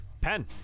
pen